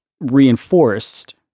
reinforced